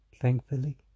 thankfully